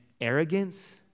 arrogance